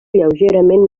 lleugerament